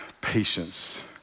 patience